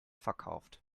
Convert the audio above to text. verkauft